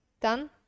done